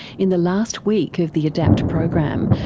in the last week of the adapt program,